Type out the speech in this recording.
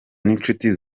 n’inshuti